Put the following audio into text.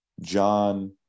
John